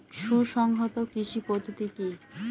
সুসংহত কৃষি পদ্ধতি কি?